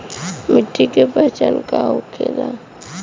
मिट्टी के पहचान का होखे ला?